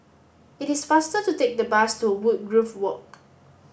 it is faster to take the bus to Woodgrove Walk